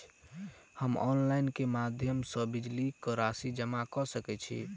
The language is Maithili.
हम ऑनलाइन केँ माध्यम सँ बिजली कऽ राशि जमा कऽ सकैत छी?